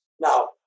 Now